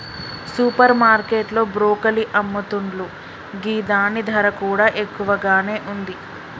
super market లో broccoli అమ్ముతున్లు గిదాని ధర కూడా ఎక్కువగానే ఉంది